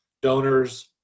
donors